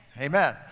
Amen